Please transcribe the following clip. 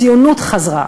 הציונות חזרה,